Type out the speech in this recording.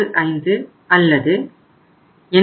8565 அல்லது 85